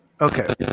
Okay